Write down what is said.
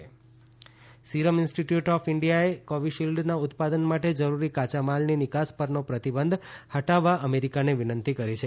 serum વિનંતી serum institute of ઈન્ડિયાએ કોવિશિલ્ડના ઉત્પાદન માટે જરૂરી કાયા માલની નિકાસ પરનો પ્રતિબંધ હટાવવા અમેરિકાને વિનંતી કરી છે